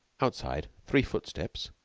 outside, three footsteps,